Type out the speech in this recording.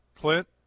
Clint